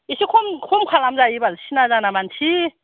इसे खम खम खालामजायो बाल सिना जाना मानसि